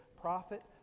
prophet